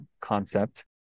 concept